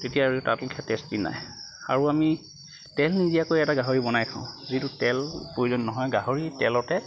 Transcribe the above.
তেতিয়া আৰু তাৰ লেখীয়া টেষ্টি আৰু আমি তেল নিদিয়াকৈ এটা গাহৰি বনাই খাওঁ যিটোত তেলৰ প্ৰয়োজন নহয় গাহৰিৰ তেলতে